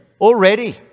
already